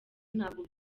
ntabwo